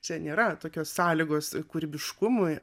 čia nėra tokios sąlygos kūrybiškumui